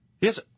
Yes